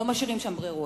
לא משאירים שם ברירות.